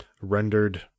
rendered